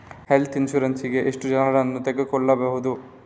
Health insurance ಎಷ್ಟು ಜನರನ್ನು ತಗೊಳ್ಬಹುದು?